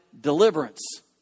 deliverance